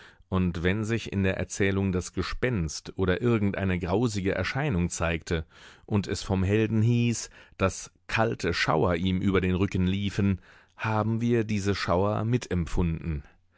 und wenn sich in der erzählung das gespenst oder irgend eine grausige erscheinung zeigte und es vom helden hieß daß kalte schauer ihm über den rücken liefen haben wir diese schauer mitempfunden